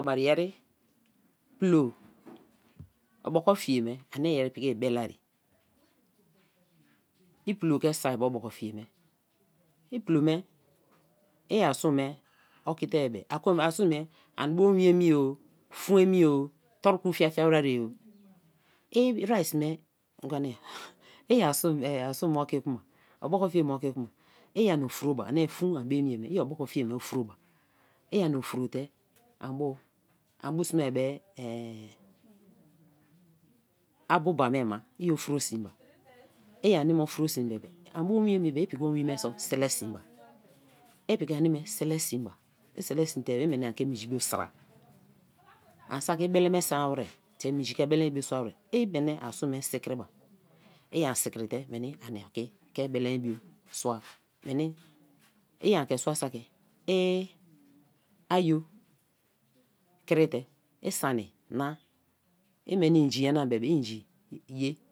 Kma yeri pulo oboko fie me ani yeri piki iber-eari, i pulo ke sor be oboko fie me, i pulo me, a ari sun me oki te-ebe, ari sun me ani bio owin emi-o, fun emi-o, toru ku fia-fia weri-o; i rice me i ai sun me oboko fie me oki kuma i ani ofuro ba, ani fuun an bio emi-ye me, i oboko fie me ofuro ba, i ani ofuro te an bu, an bu sme-be a buba me ba, i ofuro si-ba i ani me ofuro sin be be, a bio owin emi bebe i piki owin me se̍te sin ba, i piki a ne me sele sin ba, i se heet sin te i menian ke minji bo sra, an saki i bele me san wer te minji ke bele bio sua wer, i meni a sun me sikri ba, i an sikri te meni ani ki, ke bele bio sua meni, i an ke sua saki ayo krite, i sani na, imenicinji nyanam bebe inji ye